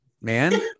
man